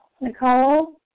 Nicole